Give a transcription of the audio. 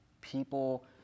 people